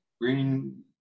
Green